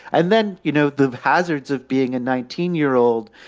and then, you know, the hazards of being a nineteen year old,